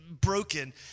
broken